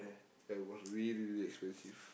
like it was really really expensive